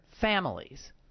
families